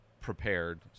prepared